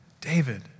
David